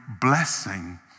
blessing